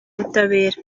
w’ubutabera